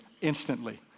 instantly